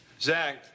Zach